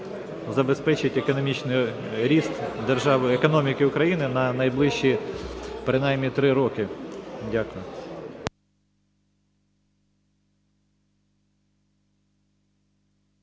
забезпечить економічний ріст економіки України на найближчі принаймні три роки. Дякую.